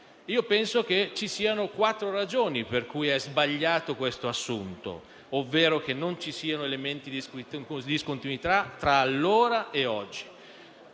Io penso che ci siano quattro ragioni per cui questo assunto è sbagliato, ovvero che non ci siano elementi di discontinuità tra allora e oggi.